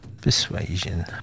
persuasion